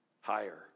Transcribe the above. higher